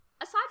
aside